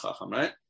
Right